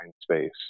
space